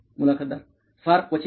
मुलाखतदार फार क्वचितच